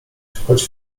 choć